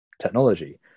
technology